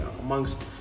amongst